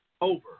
Over